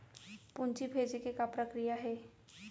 पूंजी भेजे के का प्रक्रिया हे?